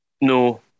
No